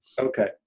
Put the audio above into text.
Okay